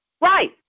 Right